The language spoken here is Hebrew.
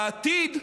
בעתיד,